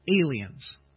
aliens